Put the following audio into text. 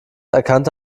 erkannte